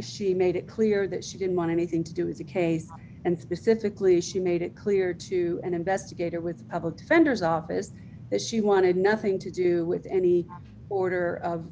she made it clear that she didn't want anything to do is the case and specifically she made it clear to an investigator with the public defender's office that she wanted nothing to do with any order of